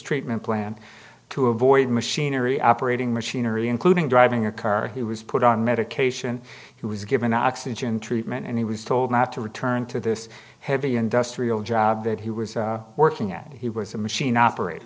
treatment plan to avoid machinery operating machinery including driving a car or he was put on medication he was given oxygen treatment and he was told not to return to this heavy industrial job that he was working at he was a machine operat